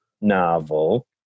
novel